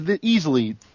Easily